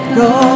go